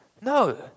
No